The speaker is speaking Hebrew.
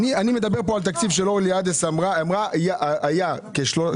אני מדבר פה על תקציב שאורלי עדס אמרה שהוא היה כ-488